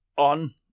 on